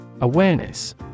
Awareness